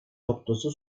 noktası